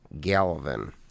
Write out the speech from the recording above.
Galvin